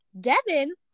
Devin